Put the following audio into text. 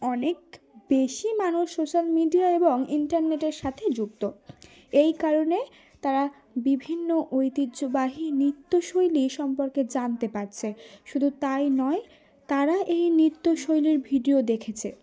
অনেক বেশি মানুষ সোশ্যাল মিডিয়া এবং ইন্টারনেটের সাথে যুক্ত এই কারণে তারা বিভিন্ন ঐতিহ্যবাহী নৃত্যশৈলী সম্পর্কে জানতে পারছে শুধু তাই নয় তারা এই নৃত্যশৈলীর ভিডিও দেখেছে